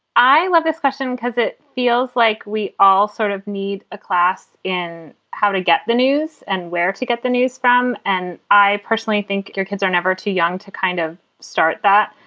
i love this question because it feels like we all sort of need a class in how to get the news and where to get the news from. and i personally think your kids are never too young to kind of start that.